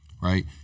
right